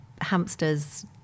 hamsters